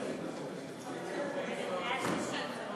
נתקבל.